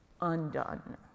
undone